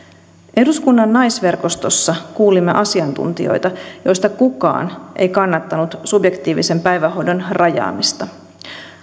eduskunnan naisverkostossa kuulimme asiantuntijoita joista kukaan ei kannattanut subjektiivisen päivähoidon rajaamista